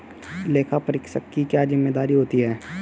लेखापरीक्षक की क्या जिम्मेदारी होती है?